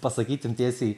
pasakyt jum tiesiai